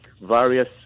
various